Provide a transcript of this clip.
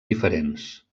diferents